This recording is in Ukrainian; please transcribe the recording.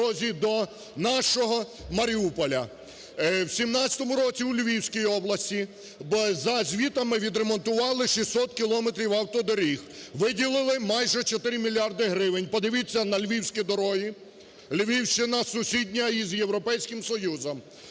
В 2017 році у Львівській області за звітами відремонтували 600 кілометрів автодоріг, виділили майже 4 мільярди гривень. Подивіться на львівські дороги, Львівщина сусідня із Європейським Союзом.